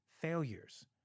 failures